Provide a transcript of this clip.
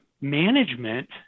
management